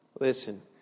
Listen